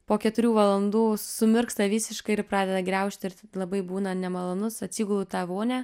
po keturių valandų sumirksta visiškai ir pradeda griaužt ir labai būna nemalonus atsigulu į tą vonią